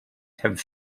have